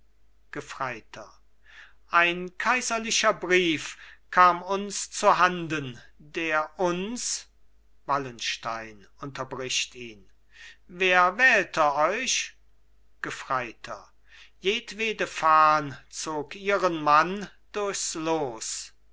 gefreiter ein kaiserlicher brief kam uns zu handen der uns wallenstein unterbricht ihn wer wählte euch gefreiter jedwede fahn zog ihren mann durchs los